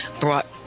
brought